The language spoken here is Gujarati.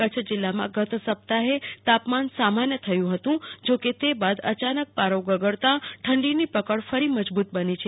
કચ્છ જિલ્લામાં ગત સપ્તાહે તાપમાન સામાન્ય થયુ હતું જો કે બાદ અચાનક પારો ગગડતા ઠંડીની પકડ ફરી મજબુત બની છે